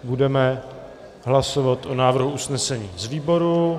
Budeme hlasovat o návrhu usnesení výboru.